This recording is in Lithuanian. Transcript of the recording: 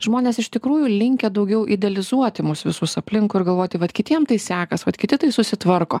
žmonės iš tikrųjų linkę daugiau idealizuoti mus visus aplinkui ir galvoti vat kitiem tai sekas vat kiti tai susitvarko